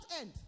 end